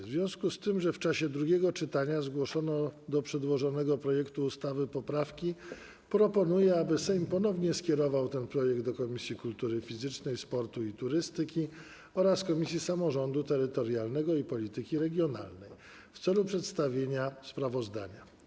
W związku z tym, że w czasie drugiego czytania zgłoszono do przedłożonego projektu ustawy poprawki, proponuję, aby Sejm ponownie skierował ten projekt do Komisji Kultury Fizycznej, Sportu i Turystyki oraz Komisji Samorządu Terytorialnego i Polityki Regionalnej w celu przedstawienia sprawozdania.